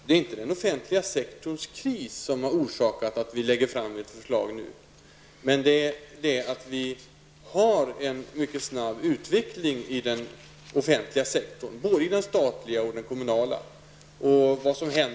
Det är inte den offentliga sektorns kris, Göran Åstrand, som har orsakat att regeringen lägger fram ett förslag nu, utan det beror på den mycket snabba utvecklingen inom den offentliga sektorn -- både i den statliga och i den kommunala.